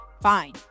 Fine